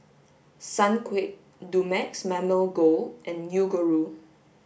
Sunquick Dumex Mamil Gold and Yoguru